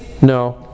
no